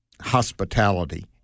hospitality